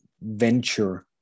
venture